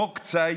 חוק ציד